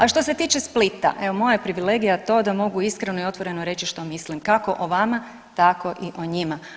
A što se tiče Splita, evo moja je privilegija to da mogu iskreno i otvoreno reći što mislim kako o vama tako i o njima.